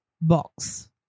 box